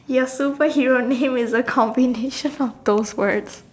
your superhero name is a combination of those words